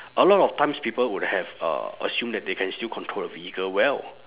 a lot of times people would have uh assume that they can still control a vehicle well